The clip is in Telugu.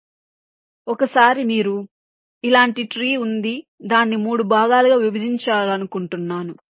కాబట్టి ఒకసారి మీకు ఇలాంటి ట్రీ వుంది దాన్ని 3 భాగాలుగా విభజించాలనుకుంటున్నాను